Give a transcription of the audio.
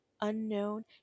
unknown